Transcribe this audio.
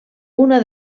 una